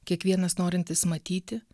kiekvienas norintis matyti